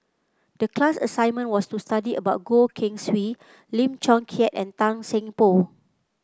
the class assignment was to study about Goh Keng Swee Lim Chong Keat and Tan Seng Poh